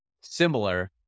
similar